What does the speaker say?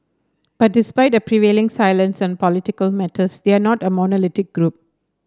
but despite a prevailing silence on political matters they are not a monolithic group